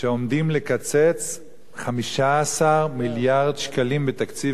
שעומדים לקצץ 15 מיליארד שקלים מתקציב